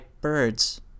birds